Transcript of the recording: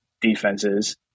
defenses